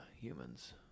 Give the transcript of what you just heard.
humans